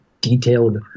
detailed